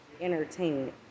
entertainment